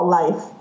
life